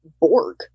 Borg